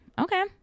Okay